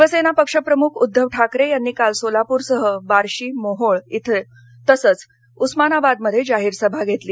शिवसेना पक्षप्रमुख उद्धव ठाकरे यांनी काल सोलाप्रसह बार्शी मोहोळ तसंच उस्मानाबादमध्ये जाहीर सभा घेतली